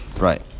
Right